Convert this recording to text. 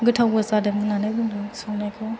गोथावबो जादों होन्नानै बुंदों संनायखौ